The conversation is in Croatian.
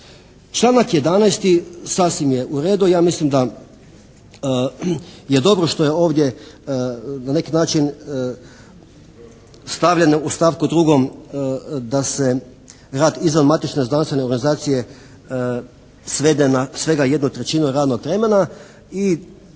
Članak 11. sasvim je u redu. Ja mislim da je dobro što je ovdje na neki način stavljeno u stavku 2. da se rad izvan matične znanstvene organizacije svede na svega jednu trećinu radnog vremena i